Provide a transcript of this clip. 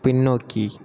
பின்னோக்கி